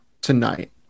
tonight